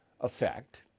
effect